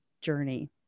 journey